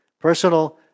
Personal